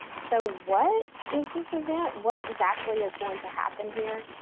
so what is this event? what exactly is going to happen here?